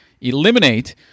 Eliminate